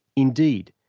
indeed,